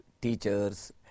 teachers